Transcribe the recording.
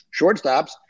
shortstops